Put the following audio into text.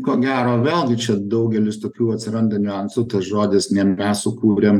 ko gero vėlgi čia daugelis tokių atsiranda niuansų tas žodis ne mes sukūrėm